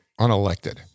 unelected